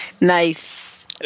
nice